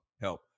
help